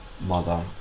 mother